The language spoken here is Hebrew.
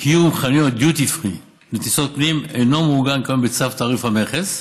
קיום חנויות דיוטי פרי בטיסות פנים אינו מעוגן בצו תעריף המכס,